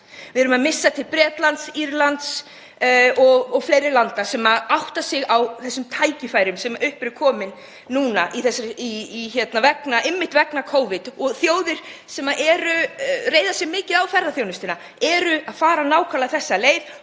Við erum að missa verkefni til Bretlands, Írlands og fleiri landa sem átta sig á þeim tækifærum sem upp eru komin núna einmitt vegna Covid. Þjóðir sem reiða sig mikið á ferðaþjónustuna eru að fara nákvæmlega þessa leið